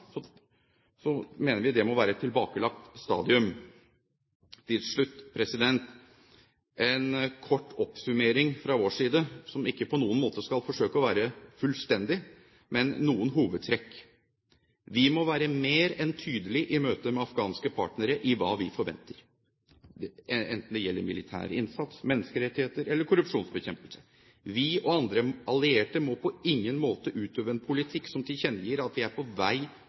mener vi det må være et tilbakelagt stadium. Til slutt en kort oppsummering fra vår side, som ikke på noen måte skal forsøke å være fullstendig, men noen hovedtrekk: Vi må være mer enn tydelige i møte med afghanske partnere når det gjelder hva vi forventer, enten det gjelder militær innsats, menneskerettigheter eller korrupsjonsbekjempelse. Vi og andre allierte må på ingen måte utøve en politikk som tilkjennegir at vi er på vei